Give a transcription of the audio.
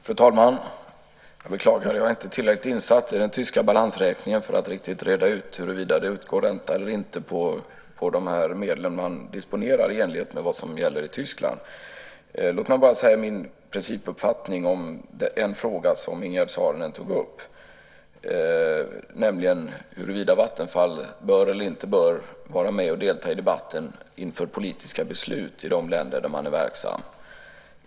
Fru talman! Jag beklagar att jag inte är tillräckligt insatt i den tyska balansräkningen för att reda ut huruvida det utgår ränta eller inte på de medel som man disponerar i enlighet med vad som gäller i Tyskland. Låt mig bara ge min principuppfattning om en fråga som Ingegerd Saarinen tog upp, nämligen huruvida Vattenfall bör eller inte bör vara med och delta i debatten inför politiska beslut i de länder där man är verksam.